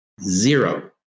Zero